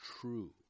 true